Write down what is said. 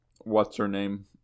what's-her-name